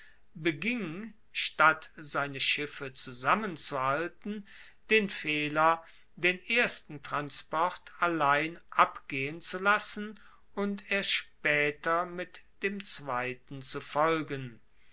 beging statt seine schiffe zusammenzuhalten den fehler den ersten transport allein abgehen zu lassen und erst spaeter mit dem zweiten zu folgen